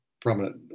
prominent